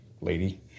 lady